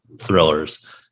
thrillers